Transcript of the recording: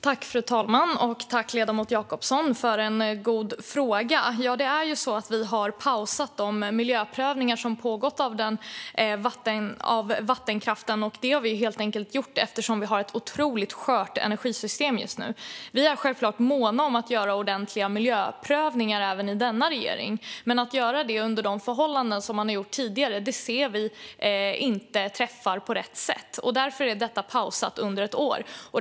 Fru talman! Jag tackar ledamoten Jacobsson för en god fråga. Vi har pausat de miljöprövningar av vattenkraften som har pågått. Det har vi gjort helt enkelt eftersom vi har ett otroligt skört energisystem just nu. Vi i denna regering är självklart måna om att göra ordentliga miljöprövningar. Men att göra det under de förhållanden som man har gjort tidigare anser vi inte träffar på rätt sätt. Därför är detta pausat under ett år.